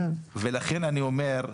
לכן, אני אומר,